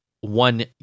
one